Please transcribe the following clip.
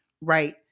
right